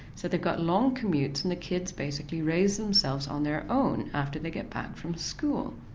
so they've got long commutes and the kids basically raise themselves on their own after they get back from school.